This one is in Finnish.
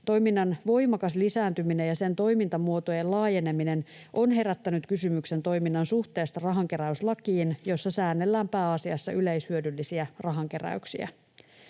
Toiminnan voimakas lisääntyminen ja sen toimintamuotojen laajeneminen on herättänyt kysymyksen toiminnan suhteesta rahankeräyslakiin, jossa säännellään pääasiassa yleishyödyllisiä rahankeräyksiä.